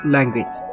Language